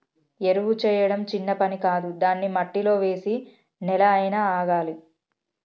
ఎరువు చేయడం చిన్న పని కాదు దాన్ని మట్టిలో వేసి నెల అయినా ఆగాలి